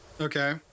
Okay